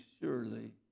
surely